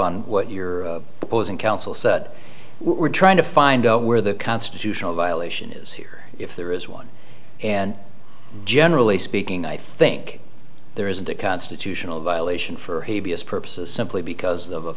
on what your opposing counsel said we're trying to find out where the constitutional violation is here if there is one and generally speaking i think there is a constitutional violation for a b s purposes simply because of